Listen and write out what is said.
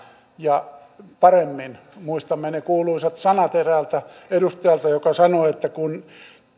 ja paremmin muistamme ne kuuluisat sanat eräältä edustajalta joka sanoi että